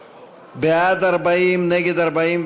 סלימאן, עבד אל חכים חאג'